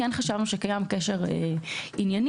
חשבנו שקיים קשר ענייני.